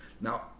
Now